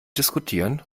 diskutieren